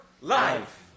life